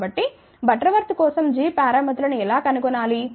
కాబట్టి బటర్వర్త్ కోసం g పారామితులను ఎలా కనుగొనాలి